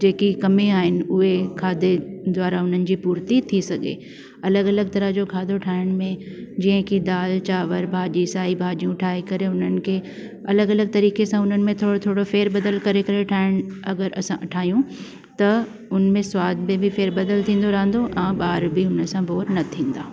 जेकी कमी आहिनि उहे खाधे द्वारा उन्हनि जी पूर्ति थी सघे अलॻि अलॻि तरह जो खाधो ठाइण में जीअं कि दालि चांवर भाॼी साई भाॼियूं ठाहे करे उन्हनि खे अलॻि अलॻि तरीक़े सां उन्हनि में थोरो थोरो फेर बदल करे करे ठाहिणु अगरि असां ठाहियूं त उन में सवाद में बि फेर बदल थींदो रहंदो ऐं ॿार बि हुन सां बोर न थींदा